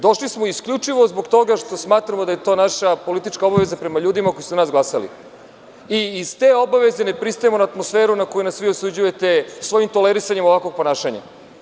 Došli smo isključivo zbog toga što smatramo da je to naša politička obaveza prema ljudima koji su za nas glasali i iz te obaveze ne pristajemo na atmosferu na koju nas vi osuđujete svojim tolerisanjem ovakvog ponašanja.